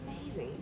amazing